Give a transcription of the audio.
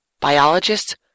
biologists